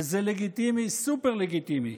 וזה לגיטימי, סופר-לגיטימי.